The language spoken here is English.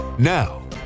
Now